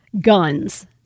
guns